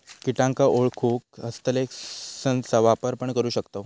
किटांका ओळखूक हस्तलेंसचा वापर पण करू शकताव